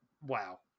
Wow